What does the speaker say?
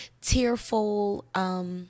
tearful